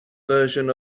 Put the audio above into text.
version